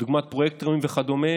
דוגמת פרויקטורים וכדו',